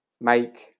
make